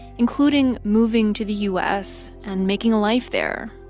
including moving to the u s. and making a life there.